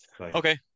Okay